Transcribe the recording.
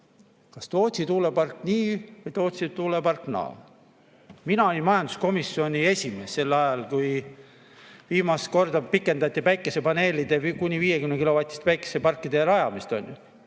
kas Tootsi tuulepark nii või Tootsi tuulepark naa. Mina olin majanduskomisjoni esimees sel ajal, kui viimast korda pikendati päikesepaneelidega kuni 50‑kilovatiste päikeseparkide rajamist.